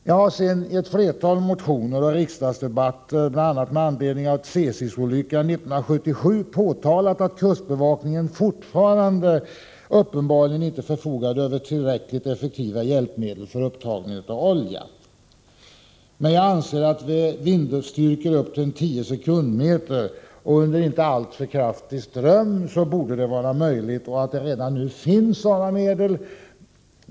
Jag har senare i ett flertal motioner och riksdagsdebatter — bl.a. med anledning av Tsesisolyckan 1977 — påtalat att kustbevakningen fortfarande uppenbarligen inte förfogar över tillräckligt effektiva hjälpmedel för upptagning av olja. Jag anser att det vid vindstyrkor på upp till 10 meter per sekund och vid inte alltför kraftig ström borde vara möjligt att använda mekaniska hjälpmedel — redan nu finns det ju sådana.